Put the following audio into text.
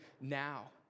now